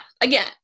again